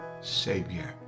Savior